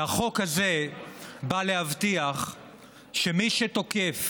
החוק הזה בא להבטיח שמי שתוקף